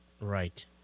right